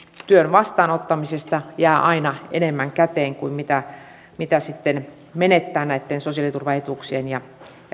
työn vastaanottamisesta jää aina enemmän käteen kuin mitä mitä sitten menettää näitten sosiaaliturvaetuuksien ja